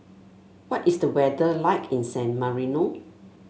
what is the weather like in San Marino